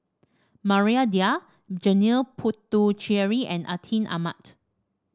Maria Dyer Janil Puthucheary and Atin Amat